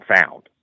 found